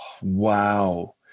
wow